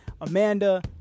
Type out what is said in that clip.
amanda